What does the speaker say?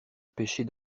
pêcher